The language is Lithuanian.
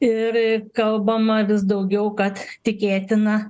ir kalbama vis daugiau kad tikėtina